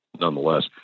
nonetheless